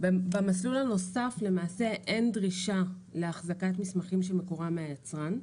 במסלול הנוסף למעשה אין דרישה להחזקת מסמכים שמקורם מהיצרן.